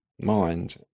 mind